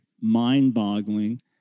mind-boggling